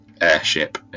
airship